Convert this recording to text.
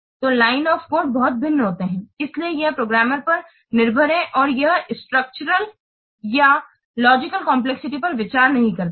तो lines of code बहुत भिन्न होते हैं इसलिए यह प्रोग्रामर पर निर्भर है और यह स्ट्रक्चरल या लॉजिकल कम्प्लेक्सिटी पर विचार नहीं करता है